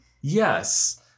Yes